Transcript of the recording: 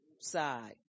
side